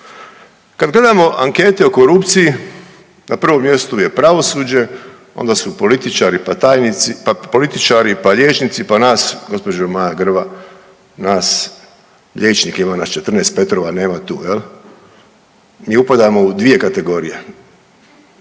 Kad gledamo ankete o korupciji na prvom mjestu je pravosuđe onda su političari pa tajnici, pa političari, pa liječnici, pa nas gospođo Maja Grba nas liječnika, ima nas 14 Petrova nema tu jel, mi upadamo u dvije kategorije,